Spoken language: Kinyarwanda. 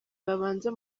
babanza